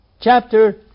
Chapter